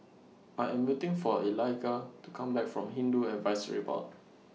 I Am waiting For Eliga to Come Back from Hindu Advisory Board